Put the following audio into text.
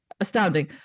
astounding